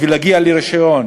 בשביל להגיע לרישיון,